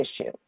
issue